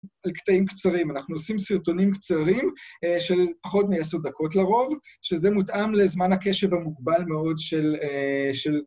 על קטעים קצרים, אנחנו עושים סרטונים קצרים של פחות מ-10 דקות לרוב, שזה מותאם לזמן הקשב המוגבל מאוד של...